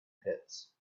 pits